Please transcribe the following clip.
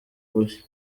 gushya